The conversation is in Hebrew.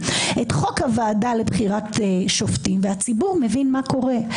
את חוק הוועדה לבחירת שופטים והציבור מבין מה קורה.